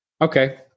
Okay